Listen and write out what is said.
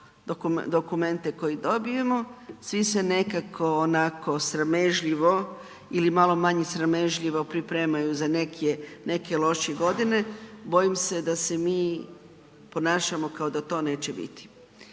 dokumente koje dobijemo, svi se nekako onako sramežljivo ili malo manje sramežljivo pripremaju za neke loše godine. Bojim se da se mi ponašamo kao da to neće biti.